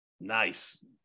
Nice